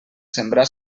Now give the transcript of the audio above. sembrar